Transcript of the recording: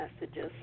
messages